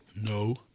No